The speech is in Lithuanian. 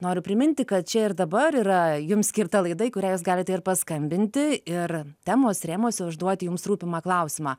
noriu priminti kad čia ir dabar yra jums skirta laida į kurią jūs galite ir paskambinti ir temos rėmuose užduoti jums rūpimą klausimą